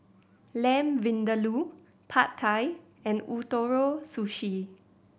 Lamb Vindaloo Pad Thai and Ootoro Sushi